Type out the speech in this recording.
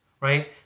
right